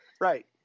Right